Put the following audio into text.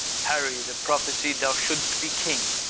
harry, that prophesied thou shouldst be king,